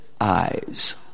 eyes